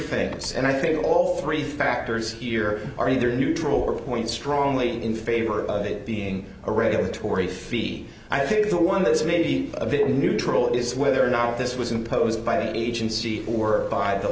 things and i think all three factors here are either neutral or point strongly in favor of it being a regulatory fee i think the one that is maybe a bit neutral is whether or not this was imposed by the agency or